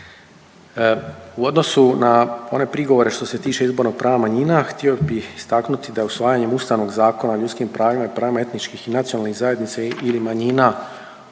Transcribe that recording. U odnosu na one prigovore što se tiče izbornog prava manjina htio bih istaknuti da usvajanjem Ustavnog zakona o ljudskim pravima i pravima etničkih i nacionalnih zajednica ili manjina od